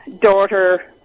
daughter